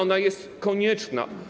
Ona jest konieczna.